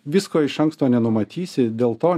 visko iš anksto nenumatysi dėl to